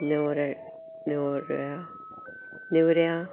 नेवरे नेवऱ्यां नेवऱ्यां